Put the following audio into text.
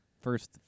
first